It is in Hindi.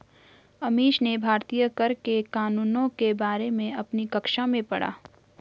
अमीश ने भारतीय कर के कानूनों के बारे में अपनी कक्षा में पढ़ा